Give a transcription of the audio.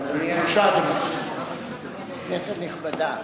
אדוני היושב-ראש, כנסת נכבדה,